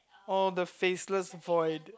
oh the faceless void